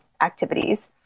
activities